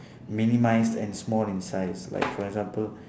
minimised and small in size like for example